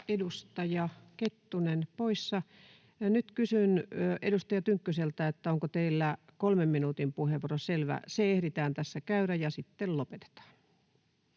Edustaja Kettunen poissa. — Nyt kysyn edustaja Tynkkyseltä, onko teillä kolmen minuutin puheenvuoro. — Selvä, se ehditään tässä käydä ja sitten lopetetaan.